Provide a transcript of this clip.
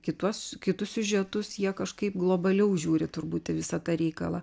kitus kitus siužetus jie kažkaip globaliau žiūri turbūt visą tą reikalą